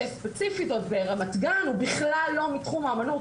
שספציפית עוד ברמת גן הוא בכלל לא מתחום האומנות,